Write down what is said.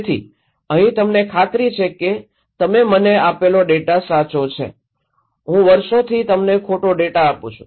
તેથી અહીં તમને ખાતરી છે કે તમે મને આપેલો ડેટા સાચો છે હું વર્ષોથી તમને ખોટો ડેટા આપું છું